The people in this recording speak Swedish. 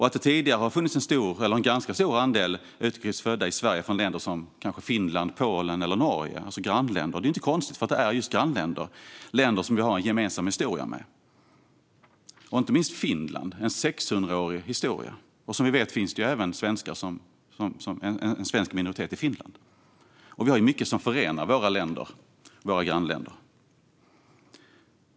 Att det tidigare har funnits en ganska stor andel utrikes födda i Sverige från grannländer som Finland, Polen eller Norge är inte konstigt, för de är just grannländer och länder som vi har en gemensam historia med. Inte minst gäller detta Finland, som vi har en 600-årig historia med. Som vi vet finns det ju även en svensk minoritet i Finland. Det finns mycket som förenar oss och våra grannländer.